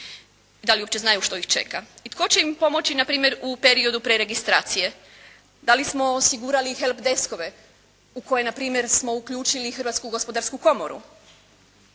Da li uopće znaju što ih čeka? I tko će im pomoći npr. u periodu preregistracije? Da li smo osigurali "help deskove" u koje npr. smo uključili Hrvatsku gospodarsku komoru?